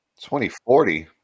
2040